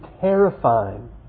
terrifying